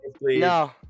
no